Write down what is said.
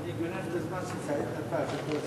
לא.